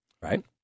right